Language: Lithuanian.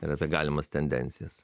ir apie galimas tendencijas